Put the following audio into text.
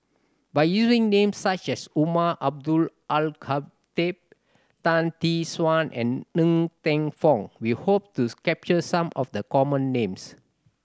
by using names such as Umar Abdullah Al Khatib Tan Tee Suan and Ng Teng Fong we hope to capture some of the common names